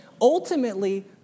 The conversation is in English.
ultimately